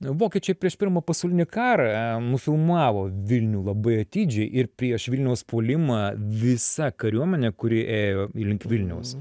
vokiečiai prieš pirmą pasaulinį karą nufilmavo vilnių labai atidžiai ir prieš vilniaus puolimą visa kariuomenė kuri ėjo link vilniaus